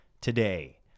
Today